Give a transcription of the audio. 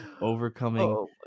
overcoming